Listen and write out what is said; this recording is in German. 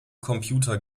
computer